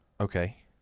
Okay